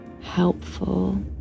helpful